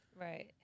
Right